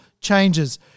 changes